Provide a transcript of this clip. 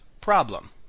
problem